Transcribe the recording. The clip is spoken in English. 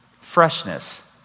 freshness